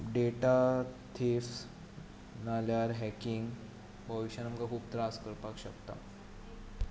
data thieves ना जाल्यार hacking भविश्यांत आमकां खूब त्रास करपाक शकता